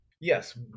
Yes